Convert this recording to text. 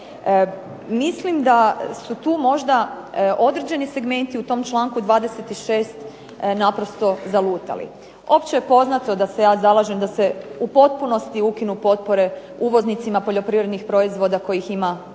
Mislim da su tu možda određeni segmenti u tom članku 26. naprosto zalutali. Opće je poznato da se ja zalažem da se u potpunosti ukinu potpore uvoznicima poljoprivrednih proizvoda kojih ima dovoljno